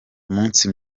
umunsi